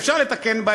אפשר לתקן בה,